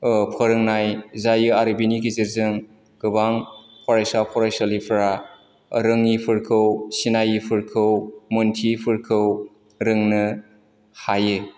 ओ फोरोंनाय जायो आरो बिनि गेजेरजों गोबां फरायसा फरायसुलिफोरा रोङिफोरखौ सिनायिफोरखौ मोन्थियिफोरखौ रोंनो हायो